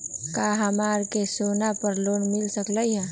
का हमरा के सोना पर लोन मिल सकलई ह?